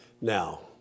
Now